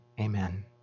Amen